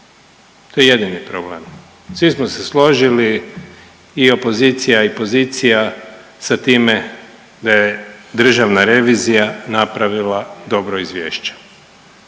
to je jedini problem. Svi smo se složili i opozicija i pozicija sa time da je Državna revizija napravila dobro izvješće